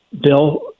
bill